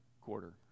quarter